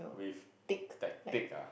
like thick ah